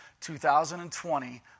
2020